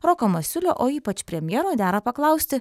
roko masiulio o ypač premjero dera paklausti